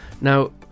Now